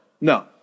No